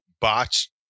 botched